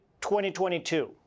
2022